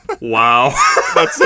Wow